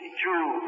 true